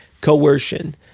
coercion